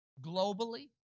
globally